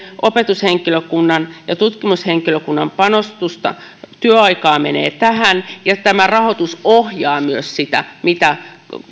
opetushenkilökunnan ja tutkimushenkilökunnan panostusta ja työaikaa menee tähän ja tämä rahoitus ohjaa myös sitä mitä